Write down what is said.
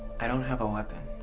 i don't have a weapon.